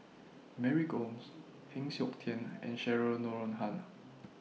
Mary Gomes Heng Siok Tian and Cheryl Noronha